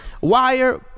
wire